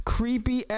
Creepy